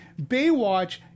Baywatch